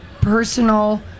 personal